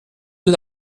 den